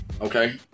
Okay